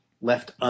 left